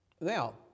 Now